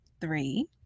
three